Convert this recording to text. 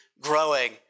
growing